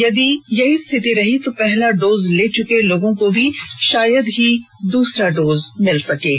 यदि यही स्थिति रही तो पहला डोज लेने वाले लोगों को शायद ही दूसरा डोज मिल पाएगा